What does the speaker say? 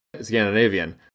Scandinavian